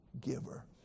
giver